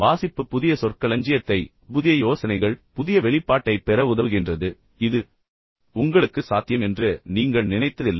வாசிப்பு புதிய சொற்களஞ்சியத்தைப் பெற உதவுகிறது புதிய யோசனைகள் புதிய வெளிப்பாட்டைப் பெற இ உதவுகின்றது இது உங்களுக்கு சாத்தியம் என்று நீங்கள் ஒருபோதும் நினைத்ததில்லை